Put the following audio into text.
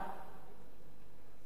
בדיונים שהיו בינינו,